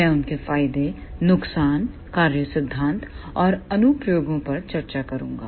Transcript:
मैं उनके फायदे नुकसान कार्य सिद्धांत और अनुप्रयोगों पर चर्चा करूंगा